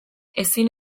ezin